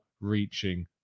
reaching